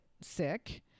sick